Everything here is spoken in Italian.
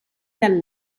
dal